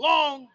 Long